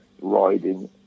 riding